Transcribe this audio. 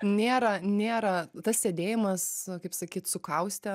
nėra nėra tas sėdėjimas kaip sakyt sukaustę